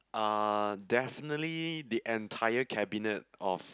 uh definitely the entire cabinet of